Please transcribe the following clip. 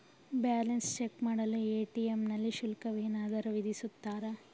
Balance check ಮಾಡಲು ATM ನಲ್ಲಿ ಶುಲ್ಕವೇನಾದರೂ ವಿಧಿಸುತ್ತಾರಾ?